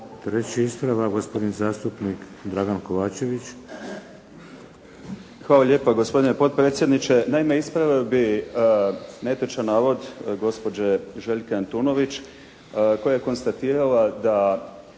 Treći ispravka gospodin zastupnik Dragan Kovačević. **Kovačević, Dragan (HDZ)** Hvala lijepa gospodine potpredsjedniče. Naime ispravio bih netočan navod gospođe Željke Antunović koja je konstatirala da